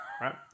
right